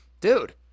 dude